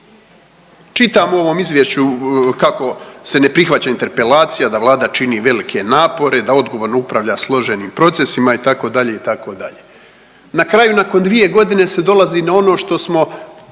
Čitam u ovom izvješću kako se ne prihvaća interpelacija da Vlada čini velike napore, da odgovorno upravlja složenim procesima itd., itd. Na kraju nakon 2 godine se dolazi na ono što smo